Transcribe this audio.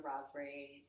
raspberries